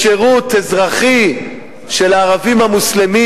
בשירות אזרחי של הערבים המוסלמים.